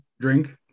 drink